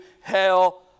hell